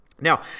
Now